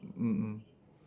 mm mm